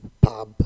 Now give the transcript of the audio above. pub